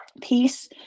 peace